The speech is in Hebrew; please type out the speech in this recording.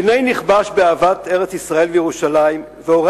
וילנאי נכבש באהבת ארץ-ישראל וירושלים והורה